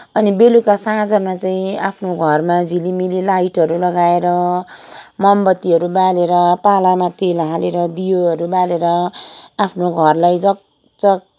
अनि बेलुका साँझमा चाहिँ आफ्नो घरमा झिलिमिली लाइटहरू लगाएर मोमबत्तीहरू बालेर पालामा तेल हालेर दियोहरू बालेर आफ्नो घरलाई जगजग